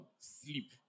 sleep